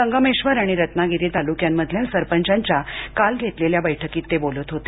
संगमेश्वर आणि रत्नागिरी तालुक्यांमधल्या सरपंचांच्या काल घेतलेल्या बैठकीत ते बोलत होते